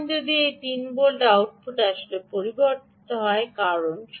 এখন যদি এই তিন ভোল্ট আউটপুট আসলে পরিবর্তিত হয় কারণ